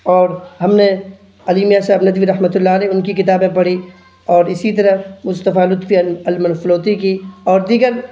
اور ہم نے علی میاں صاحب ندوی رحمۃ اللہ علیہ ان کی کتابیں پڑھیں اور اسی طرح مصطفیٰ لطفی المنفلوطی کی اور دیگر